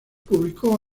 publicó